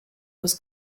was